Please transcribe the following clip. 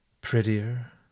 prettier